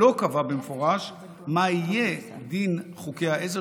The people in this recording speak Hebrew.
לא נקבע במפורש מה יהיה דין חוקי העזר